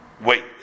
wait